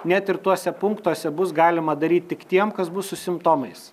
net ir tuose punktuose bus galima daryt tik tiem kas bus su simptomais